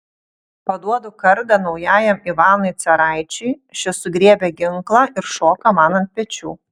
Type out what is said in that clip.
paduodu kardą naujajam ivanui caraičiui šis sugriebia ginklą ir šoka man ant pečių